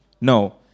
No